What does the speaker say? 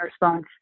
response